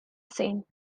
saint